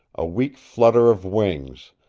a weak flutter of wings,